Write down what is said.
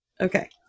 Okay